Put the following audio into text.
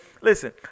listen –